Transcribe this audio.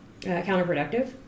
counterproductive